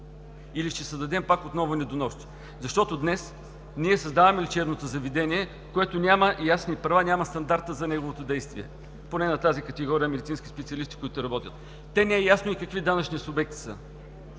Или ще създадем пак отново недоносче, защото днес ние създаваме лечебното заведение, което няма ясни права, няма стандарта за неговото действие – поне на тази категория медицински специалисти, които работят. Не е ясно и какви данъчни субекти са.